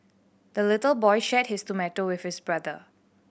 the little boy shared his tomato with his brother